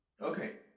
Okay